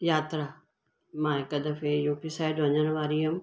यात्रा मां हिकु दफ़े यूपी साइड वञण वारी हुअमि